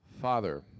father